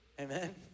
Amen